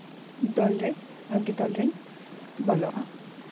ᱫᱚᱞᱨᱮ ᱵᱷᱟᱹᱜᱤ ᱫᱚᱞ ᱨᱤᱧ ᱵᱚᱞᱚᱜᱼᱟ